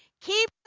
keep